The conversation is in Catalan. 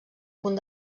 punt